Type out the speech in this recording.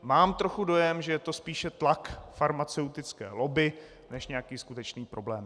Mám trochu dojem, že je to spíše tlak farmaceutické lobby, než nějaký skutečný problém.